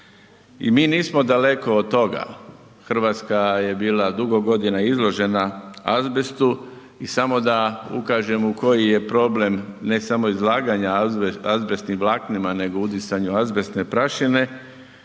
i mi nismo daleko od toga. Hrvatska je bila dugo godina izložena azbestu i samo da ukažem u koji je problem, ne samo izlaganja azbestnim vlaknima nego udisanju azbestne prašine